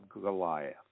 Goliath